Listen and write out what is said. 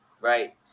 right